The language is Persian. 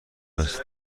است